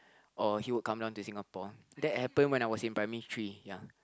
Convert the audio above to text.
or he would come down to Singapore that happened when I was in primary three ya